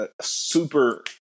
super